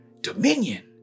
dominion